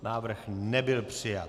Návrh nebyl přijat.